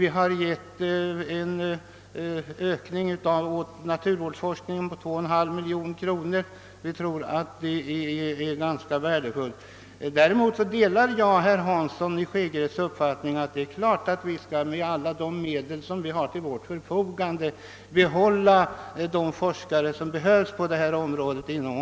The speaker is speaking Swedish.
Vi har alltså förordat en ökning av anslaget till naturvårdsforskningen med 2,5 miljoner kronor — vi tror att en sådan ökning vore värdefull. Och jag delar herr Hanssons i Skegrie uppfattning att vi med alla de medel som står till vårt förfogande skall försöka behålla de forskare som behövs på detta område.